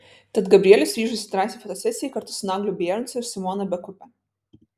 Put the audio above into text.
tad gabrielius ryžosi drąsiai fotosesijai kartu su nagliu bierancu ir simona bekupe